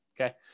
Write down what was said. Okay